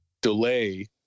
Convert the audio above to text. delay